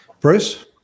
Bruce